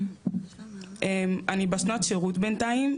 אני בשנת שירות בינתיים,